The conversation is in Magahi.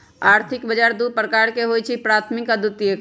आर्थिक बजार दू प्रकार के होइ छइ प्राथमिक आऽ द्वितीयक